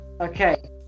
Okay